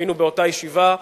היינו באותה ישיבה,